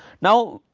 now,